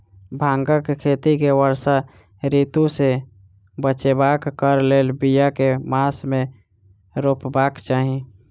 भांगक खेती केँ वर्षा ऋतु सऽ बचेबाक कऽ लेल, बिया केँ मास मे रोपबाक चाहि?